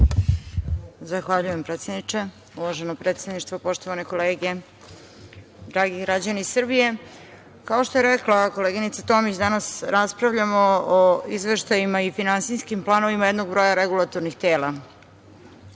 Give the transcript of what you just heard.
Zahvaljujem predsedniče. Uvaženo predsedništvo, poštovana kolege, dragi građani Srbije, kao što je rekla koleginica Tomić, danas raspravljamo o izveštajima i finansijskim planovima jednog broja regulatornih tela. Pred